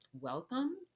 welcome